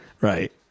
Right